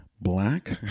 black